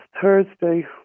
Thursday